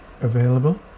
available